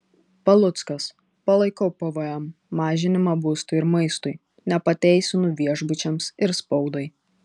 paluckas palaikau pvm mažinimą būstui ir maistui nepateisinu viešbučiams ir spaudai